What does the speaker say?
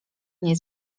nie